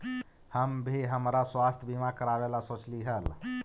हम भी हमरा स्वास्थ्य बीमा करावे ला सोचली हल